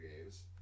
games